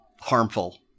harmful